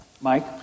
Mike